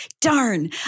darn